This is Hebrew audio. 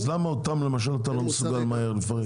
אז למה אותם אתה לא מסוגל לפרק מהר?